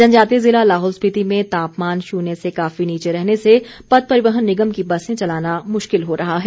जनजातीय जिला लाहौल स्पिति में तापमान शुन्य से काफी नीचे रहने से पथ परिवहन निगम की बसें चलाना मुश्किल हो रहा है